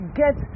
get